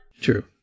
True